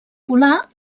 polar